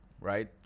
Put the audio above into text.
right